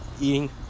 eating